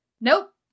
nope